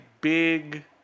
big